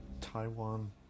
Taiwan